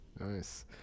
nice